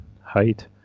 height